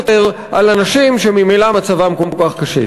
אל תקשו עוד יותר על אנשים שממילא מצבם כל כך קשה.